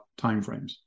timeframes